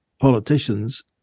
politicians